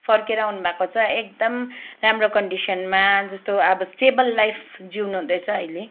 फर्केर आउनु भएको छ एकदम राम्रो कन्डिसनमा जस्तो अब स्टेबल लाइफ जिउनु हुँदैछ अहिले